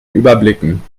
überblicken